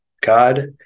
God